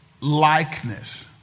likeness